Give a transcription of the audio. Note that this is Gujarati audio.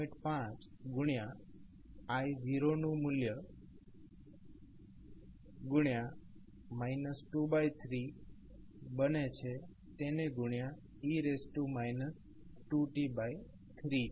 5 ગુણ્યા i0નુ મુલ્ય ગુણ્યા બને છે તેને ગુણ્યા e 2t3છે